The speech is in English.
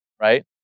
Right